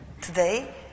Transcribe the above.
today